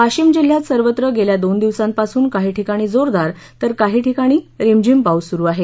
वाशीम जिल्ह्यात सर्वत्र गेल्या दोन दिवसांपासून काही ठिकाणी जोरदार तर काही रिमझिम पाऊस सुरु आहे